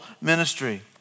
ministry